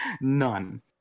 None